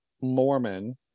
Mormon